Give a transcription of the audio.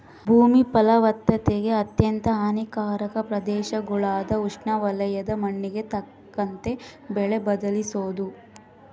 ಭೂಮಿ ಫಲವತ್ತತೆಗೆ ಅತ್ಯಂತ ಹಾನಿಕಾರಕ ಪ್ರದೇಶಗುಳಾಗ ಉಷ್ಣವಲಯದ ಮಣ್ಣಿಗೆ ತಕ್ಕಂತೆ ಬೆಳೆ ಬದಲಿಸೋದು